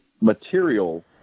material